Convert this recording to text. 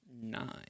nine